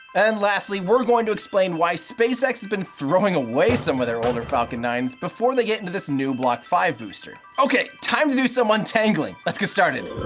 and lastly we're going to explain why spacex has been throwing away some of their older falcon nine s before they get into this new block five booster. ok. time to do some untangling, let's get started!